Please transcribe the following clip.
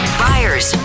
buyers